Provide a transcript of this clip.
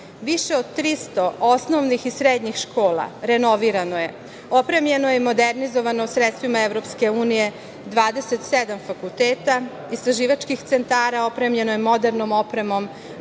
Više od 300 osnovnih i srednjih škola je renovirano, opremljeno je i modernizovano sredstvima EU 27 fakulteta, istraživačkih centara, opremljeno je modernom opremom,